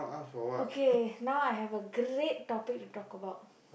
okay now I have a great topic to talk about